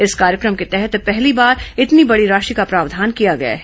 इस कार्यक्रम के तहत पहली बार इतनी बडी राशि का प्रावधान किया गया है